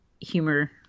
humor